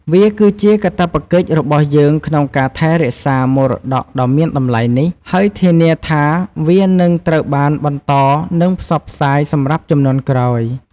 វាគឺជាកាតព្វកិច្ចរបស់យើងក្នុងការថែរក្សាមរតកដ៏មានតម្លៃនេះ ហើយធានាថាវានឹងត្រូវបានបន្តនិងផ្សព្វផ្សាយសម្រាប់ជំនាន់ក្រោយ។